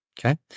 okay